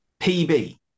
PB